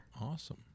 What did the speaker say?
Awesome